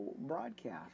broadcast